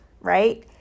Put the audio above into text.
right